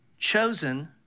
Chosen